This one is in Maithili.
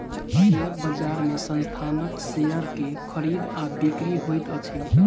शेयर बजार में संस्थानक शेयर के खरीद आ बिक्री होइत अछि